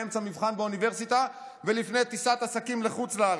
באמצע מבחן באוניברסיטה ולפני טיסת עסקים לחוץ לארץ,